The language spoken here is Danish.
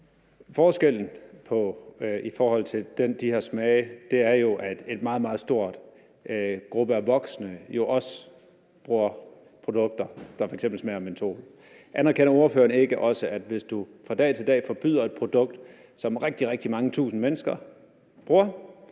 Forskellen i forhold til de her smage er, at en meget, meget stor gruppe af voksne jo bruger produkter, der f.eks. smager af mentol. Anerkender ordføreren ikke også, at hvis du fra den ene dag til den anden forbyder et produkt, som rigtig, rigtig mange tusind mennesker bruger,